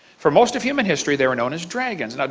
for most of human history they were known as dragons. and